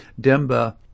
Demba